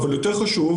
אבל יותר חשוב,